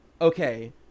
Okay